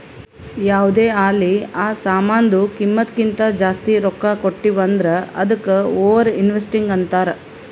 ಯಾವ್ದೇ ಆಲಿ ಆ ಸಾಮಾನ್ದು ಕಿಮ್ಮತ್ ಕಿಂತಾ ಜಾಸ್ತಿ ರೊಕ್ಕಾ ಕೊಟ್ಟಿವ್ ಅಂದುರ್ ಅದ್ದುಕ ಓವರ್ ಇನ್ವೆಸ್ಟಿಂಗ್ ಅಂತಾರ್